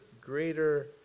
greater